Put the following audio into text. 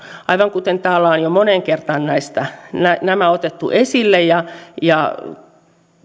aivan kuten täällä on jo moneen kertaan nämä nämä otettu esille ja ja